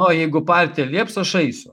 o jeigu partija lieps aš eisiu